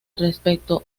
respecto